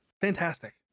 fantastic